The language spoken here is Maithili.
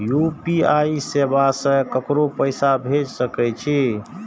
यू.पी.आई सेवा से ककरो पैसा भेज सके छी?